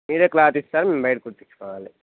మీరే క్లాత్ ఇస్తారు మేము బయట కుట్టించుకోవాలి